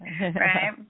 right